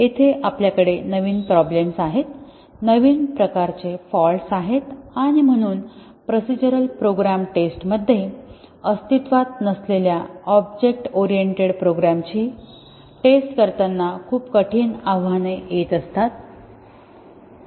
येथे आपल्याकडे नवीन प्रॉब्लेम्स आहेत नवीन प्रकारचे फॉल्टस आहेत आणि म्हणून प्रोसिजरल प्रोग्राम टेस्टमध्ये अस्तित्वात नसलेल्या ऑब्जेक्ट ओरिएंटेड प्रोग्राम्सची टेस्ट करताना खूप कठीण आव्हाने येत असतात